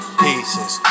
pieces